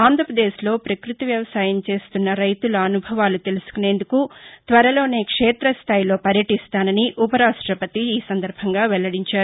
ఆంధ్రాపదేశ్లో పకృతి వ్యవసాయం చేస్తున్న రైతుల అనుభవాలు తెలుసుకునేందుకు త్వరలోనే క్షేత స్థాయిలో పర్యటిస్తానని ఉపరాష్ట్రపతి వెల్లడించారు